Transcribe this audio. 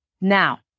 Now